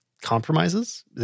compromises